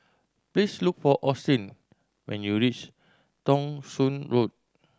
please look for Austin when you reach Thong Soon Road